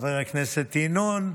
חבר הכנסת ינון,